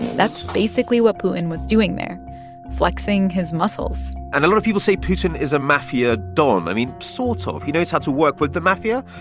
that's basically what putin was doing there flexing his muscles and a lot of people say putin is a mafia don i mean, sort so of. he knows how to work with the mafia.